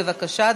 בבקשה,